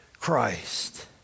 Christ